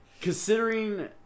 considering